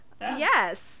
Yes